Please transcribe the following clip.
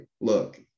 Look